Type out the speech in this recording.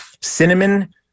cinnamon